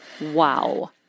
Wow